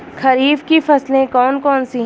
खरीफ की फसलें कौन कौन सी हैं?